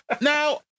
Now